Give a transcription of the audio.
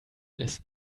listen